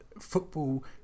football